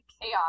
chaos